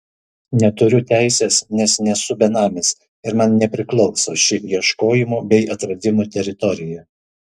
neturiu teisės nes nesu benamis ir man nepriklauso ši ieškojimų bei atradimų teritorija